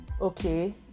okay